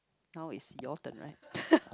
now it's your turn right